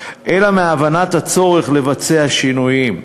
אלא מהבנת הצורך לבצע שינויים,